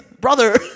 brother